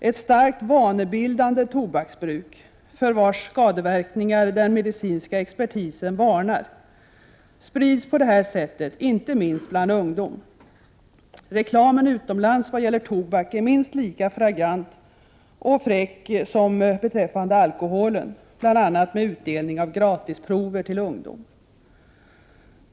Ett starkt vanebildande tobaksbruk, för vars skadeverkningar den medicinska expertisen varnar, sprids på detta sätt inte minst bland ungdom. Reklamen utomlands när det gäller tobak är minst lika flagrant och fräck som beträffande alkoholen, bl.a. med utdelning av gratisprover till ungdom.